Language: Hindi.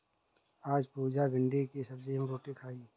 आज पुजा भिंडी की सब्जी एवं रोटी खाई